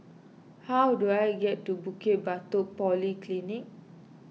how do I get to Bukit Batok Polyclinic